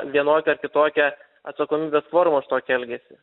vienokia ar kitokia atsakomybės forma už tokį elgesį